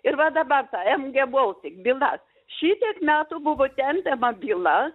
ir va dabar ta mg baltic byla šitiek metų buvo tempiama byla